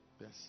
Yes